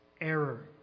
error